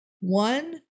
One